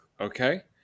Okay